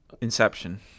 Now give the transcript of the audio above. Inception